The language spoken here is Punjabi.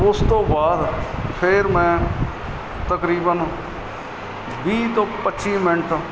ਉਸ ਤੋਂ ਬਾਅਦ ਫਿਰ ਮੈਂ ਤਕਰੀਬਨ ਵੀਹ ਤੋਂ ਪੱਚੀ ਮਿੰਟ